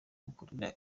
bugakora